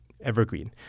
evergreen